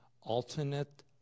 alternate